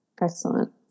Excellent